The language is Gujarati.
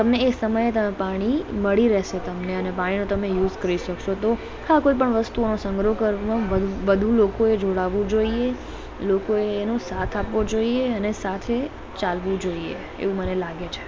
તમને એ સમયે પાણી મળી રહેશે તમને અને પાણીનો તમે યુઝ કરી શકશો તો હા કોઈ પણ વસ્તુનો સંગ્રહ કરવા વધુ લોકોએ જોડાવું જોઈએ લોકોએ એનો સાથ આપવો જોઈએ અને સાથે ચાલવું જોઈએ એવું મને લાગે છે